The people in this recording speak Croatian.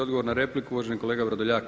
Odgovor na repliku uvaženi kolega Vrdoljak.